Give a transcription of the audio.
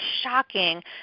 shocking